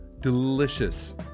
delicious